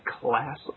class